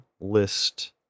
list